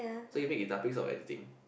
so you make guitar pick out of anything